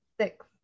Six